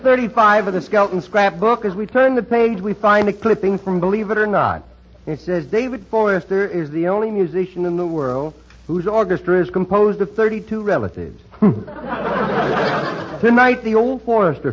thirty five of the skeleton scrapbook as we turn the page we find a clipping from believe it or not says david forrester is the only musician in the world whose orchestra is composed of thirty two relatives the night the old forester